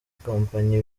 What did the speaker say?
kompanyi